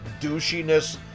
douchiness